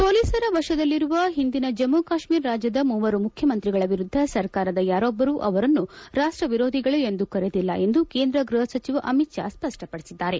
ಪೊಲೀಸರ ವಶದಲ್ಲಿರುವ ಹಿಂದಿನ ಜಮ್ಮ ಕಾಶ್ಮೀರ ರಾಜ್ಯದ ಮೂವರು ಮುಖ್ಯಮಂತ್ರಿಗಳ ವಿರುದ್ಧ ಸರ್ಕಾರದ ಯಾರೊಬ್ಬರು ಅವರನ್ನು ರಾಷ್ವ ವಿರೋಧಿಗಳು ಎಂದು ಕರೆದಿಲ್ಲ ಎಂದು ಕೇಂದ್ರ ಗೃಹ ಸಚಿವ ಅಮಿತ್ ಷಾ ಸ್ಪಷ್ಟಪಡಿಸಿದ್ದಾರೆ